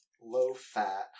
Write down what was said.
low-fat